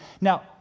Now